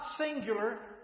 singular